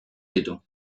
ditu